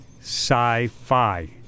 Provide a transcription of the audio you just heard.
SciFi